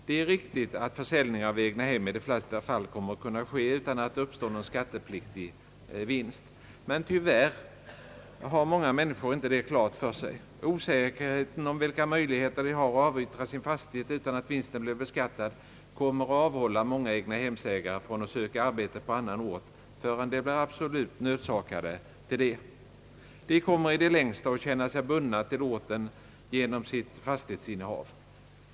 Det är riktigt att försäljningen av egnahem i de flesta fall kommer att ske utan att det uppstår någon skattepliktig vinst, men tyvärr har många människor inte detta klart för sig. Osäkerheten om vilka möjligheter de har att avyttra sin fastighet utan att vinsten blir beskattad kommer att avhålla många egnahemsägare från att söka arbete på annan ort, förrän de blir absolut nödsakade därtill. De kommer i det längsta att känna sig bundna till orten genom sitt fastighetsinnehav.